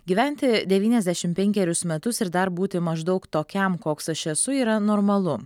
gyventi devyniasdešim penkerius metus ir dar būti maždaug tokiam koks aš esu yra normalu